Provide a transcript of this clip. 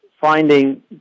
finding